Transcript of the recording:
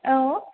औ